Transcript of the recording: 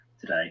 today